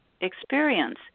experience